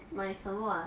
买什么 ah